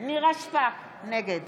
נגד